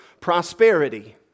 prosperity